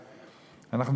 אנחנו,